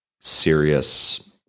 serious